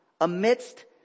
amidst